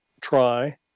try